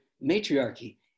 matriarchy